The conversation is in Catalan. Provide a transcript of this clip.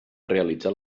realitzar